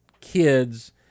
kids